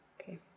Okay